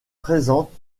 présente